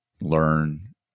learn